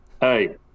Hey